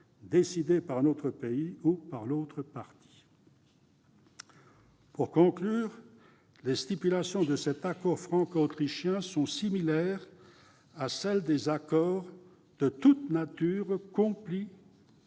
décidé par notre pays ou par l'autre partie. Les stipulations de cet accord franco-autrichien sont donc similaires à celles des accords de même nature conclus